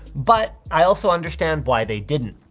but i also understand why they didn't.